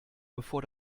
bevor